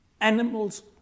animals